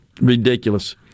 Ridiculous